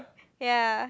ya